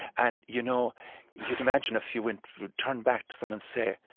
and you know you can imagine if you went turn back to them and say,